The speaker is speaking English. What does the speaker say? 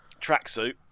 tracksuit